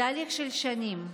בתהליך של שנים,